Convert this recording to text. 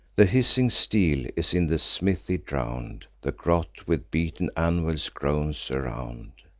the hissing steel is in the smithy drown'd the grot with beaten anvils groans around.